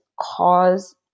cause